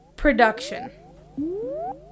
production